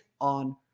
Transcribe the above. on